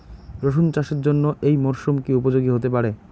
রসুন চাষের জন্য এই মরসুম কি উপযোগী হতে পারে?